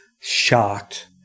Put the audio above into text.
shocked